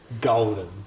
golden